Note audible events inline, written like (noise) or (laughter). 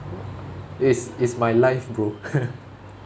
it's it's my life bro (laughs)